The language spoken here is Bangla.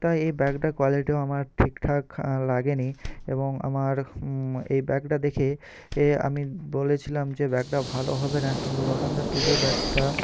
তাই এই ব্যাগটার কোয়ালিটিও আমার ঠিকঠাক লাগেনি এবং আমার এই ব্যাগটা দেখে এ আমি বলেছিলাম যে ব্যাগটা ভালো হবে না কিন্তু দোকানদার তবুও ব্যাগটা